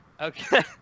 Okay